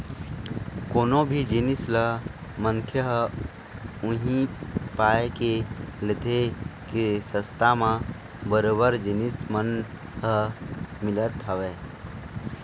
कोनो भी जिनिस ल मनखे ह उही पाय के लेथे के सस्ता म बरोबर जिनिस मन ह मिलत हवय